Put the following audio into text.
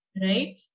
right